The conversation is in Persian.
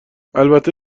البته